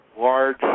large